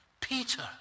Peter